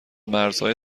مرزهای